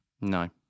No